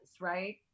right